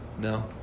No